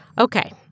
Okay